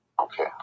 Okay